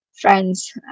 friends